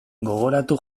gogoratu